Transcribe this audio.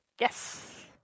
Yes